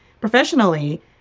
professionally